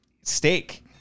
Steak